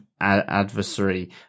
adversary